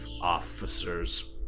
officer's